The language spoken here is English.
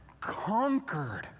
conquered